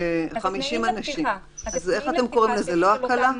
אותם ל-50 אנשים, איך אתם קוראים לזה, לא הקלה?